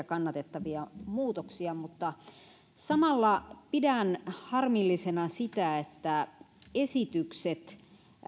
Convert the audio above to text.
kannatettavia muutoksia mutta samalla pidän harmillisena sitä että esitykset